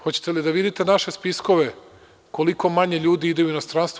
Hoćete li da vidite naše spiskove koliko manje ljudi ide u inostranstvo?